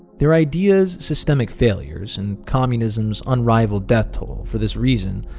their ideas' systemic failures and communism's unrivaled death toll, for this reason,